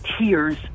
tears